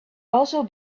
also